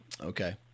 okay